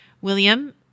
William